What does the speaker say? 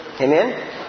Amen